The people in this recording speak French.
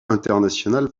international